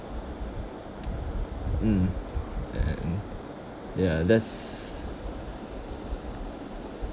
mm and ya that's